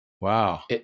Wow